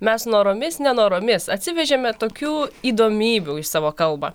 mes noromis nenoromis atsivežėme tokių įdomybių į savo kalbą